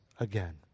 Again